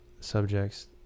subjects